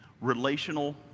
Relational